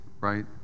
right